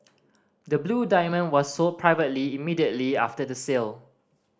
the blue diamond was sold privately immediately after the sale